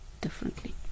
differently